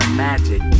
magic